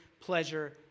pleasure